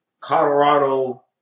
Colorado